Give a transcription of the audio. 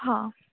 हां